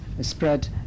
spread